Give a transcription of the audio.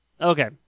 Okay